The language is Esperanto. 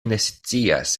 nescias